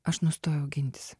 aš nustojau gintis